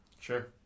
Sure